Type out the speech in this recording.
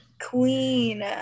Queen